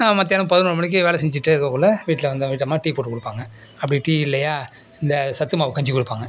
நான் மத்யானம் பதினோரு மணிக்கு வேலை செஞ்சிகிட்டே இருக்கக்குள்ள வீட்டில் வந்து வீட்டம்மா டீ போட்டு கொடுப்பாங்க அப்படி டீ இல்லையா இந்த சத்துமாவு கஞ்சி கொடுப்பாங்க